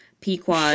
Pequod